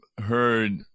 heard